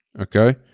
okay